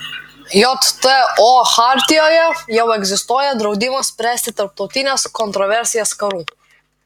jto chartijoje jau egzistuoja draudimas spręsti tarptautines kontroversijas karu